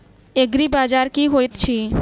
एग्रीबाजार की होइत अछि?